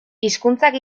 hizkuntzak